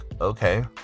okay